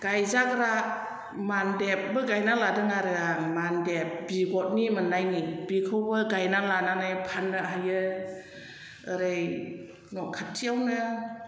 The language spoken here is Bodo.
गायजाग्रा मानदेबबो गायना लादों आरो आं मानदेब बिगथनि मोननायनि बिखौबो गायनानै लानानै फाननो हायो ओरै न' खाथियावनो